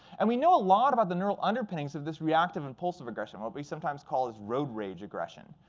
and we know a lot about the neural underpinnings of this reactive-impulsive aggression, what we sometimes call as road rage aggression.